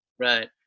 Right